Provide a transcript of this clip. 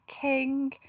king